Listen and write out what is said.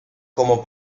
como